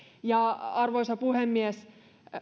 arvoisa puhemies